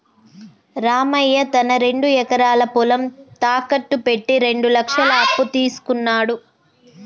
రామయ్య తన రెండు ఎకరాల పొలం తాకట్టు పెట్టి రెండు లక్షల అప్పు తీసుకున్నడు